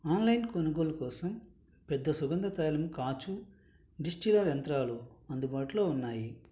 online కొనుగోలు కోసం పెద్ద సుగంధ తైలం కాచు డిస్టిలర్ యంత్రాలు అందుబాటులో ఉన్నాయి